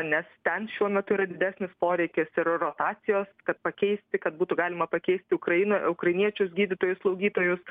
nes ten šiuo metu yra didesnis poreikis yra rotacijos kad pakeisti kad būtų galima pakeisti ukrainoj ukrainiečius gydytojus slaugytojus